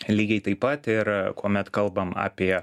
lygiai taip pat ir kuomet kalbam apie